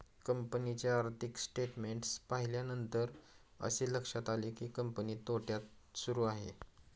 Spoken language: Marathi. कंपनीचे आर्थिक स्टेटमेंट्स पाहिल्यानंतर असे लक्षात आले की, कंपनी तोट्यात सुरू आहे